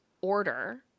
order